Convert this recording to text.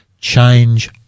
change